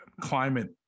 climate